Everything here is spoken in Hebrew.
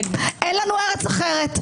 אין לנו ארץ אחרת.